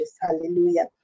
hallelujah